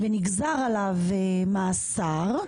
ונגזר עליו מאסר,